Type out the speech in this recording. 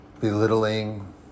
belittling